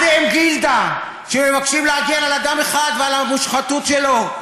אתם גילדה שמבקשת להגן על אדם אחד ועל המושחתות שלו.